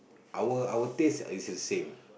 our our taste is the same